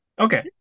Okay